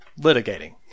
litigating